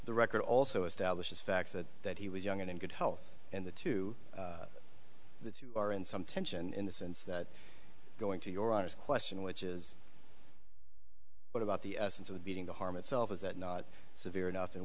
the record also establishes facts that that he was young and in good health and the two that you are in some tension in the sense that going to your honor's question which is what about the essence of the beating the harm itself is that not severe eno